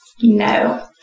no